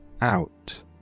out